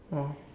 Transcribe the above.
oh